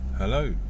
Hello